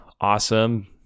awesome